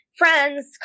Friends